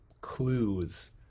clues